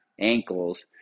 ankles